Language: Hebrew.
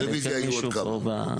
לרביזיה היו עוד כמה.